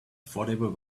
affordable